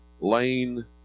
Lane